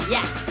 Yes